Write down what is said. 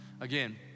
Again